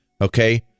okay